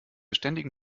ständigen